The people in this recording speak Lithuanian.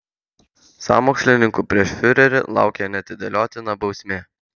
sąmokslininkų prieš fiurerį laukia neatidėliotina bausmė